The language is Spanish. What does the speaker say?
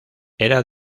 era